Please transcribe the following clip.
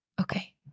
Okay